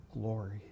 glory